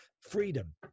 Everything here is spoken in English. Freedom